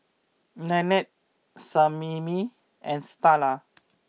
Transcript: Nannette Sammie and Starla